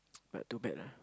but too bad lah